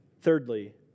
Thirdly